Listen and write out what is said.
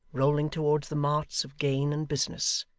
rolling towards the marts of gain and business.